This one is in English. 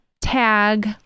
tag